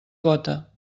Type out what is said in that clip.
gota